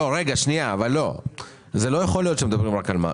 לא יכול להיות שמדברים רק על מד"א,